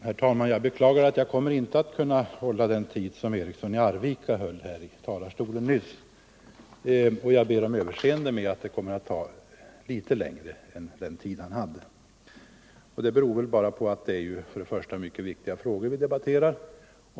Herr talman! Jag beklagar att jag inte kommer att kunna hålla den tid som herr Eriksson i Arvika höll här i talarstolen nyss, utan att jag måste ta litet längre tid i anspråk. För det första är det mycket viktiga frågor vi debatterar.